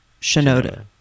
Shinoda